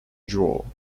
draw